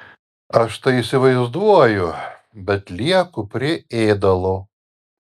aš tai įsivaizduoju bet lieku prie ėdalo